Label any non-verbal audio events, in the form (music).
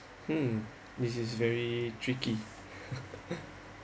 mm this is very tricky (laughs)